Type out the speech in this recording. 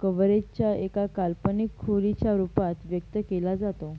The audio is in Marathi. कव्हरेज च्या एका काल्पनिक खोलीच्या रूपात व्यक्त केला जातो